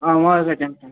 آ